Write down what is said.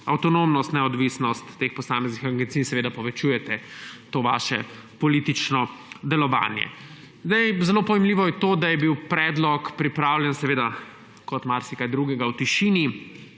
avtonomnost, neodvisnost teh posameznih agencij in seveda povečujete to vaše politično delovanje. Zelo pojmljivo je to, da je bil predlog pripravljen, seveda kot marsikaj drugega, v tišini.